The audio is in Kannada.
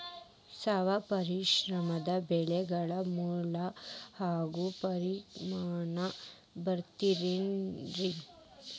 ಸ್ವಯಂ ಪರಾಗಸ್ಪರ್ಶ ಬೆಳೆಗಳ ಮ್ಯಾಲ ಹ್ಯಾಂಗ ಪರಿಣಾಮ ಬಿರ್ತೈತ್ರಿ?